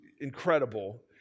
incredible